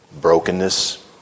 brokenness